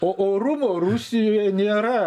o orumo rusijoje nėra